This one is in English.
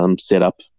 setup